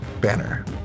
banner